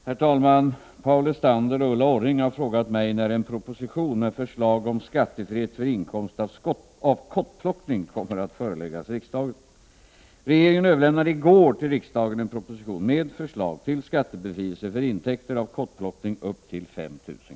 Herr talman! Paul Lestander och Ulla Orring har frågat mig när en proposition med förslag om skattefrihet för inkomst av kottplockning kommer att föreläggas riksdagen.